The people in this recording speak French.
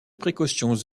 précautions